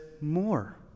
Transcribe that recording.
more